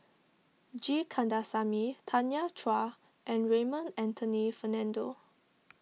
G Kandasamy Tanya Chua and Raymond Anthony Fernando